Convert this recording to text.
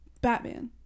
Batman